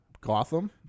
Gotham